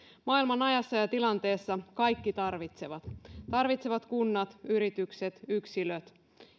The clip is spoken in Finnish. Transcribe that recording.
maailmanajassa ja ja tilanteessa kaikki tarvitsevat tarvitsevat kunnat yritykset yksilöt